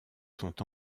sont